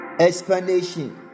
Explanation